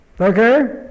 okay